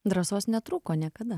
drąsos netrūko niekada